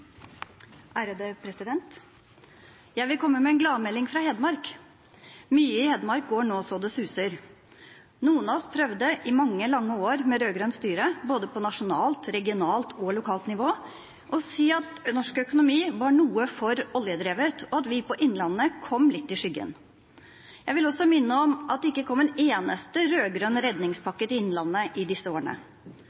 Jeg vil komme med en gladmelding fra Hedmark. Mye i Hedmark går nå så det suser. Noen av oss prøvde i mange, lange år med rød-grønt styre, både på nasjonalt, regionalt og lokalt nivå, å si at norsk økonomi var for oljedrevet, og at vi i Innlandet kom litt i skyggen. Jeg vil også minne om at det ikke kom en eneste